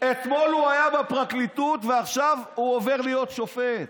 אתמול הוא היה בפרקליטות ועכשיו הוא עובר להיות שופט.